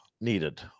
needed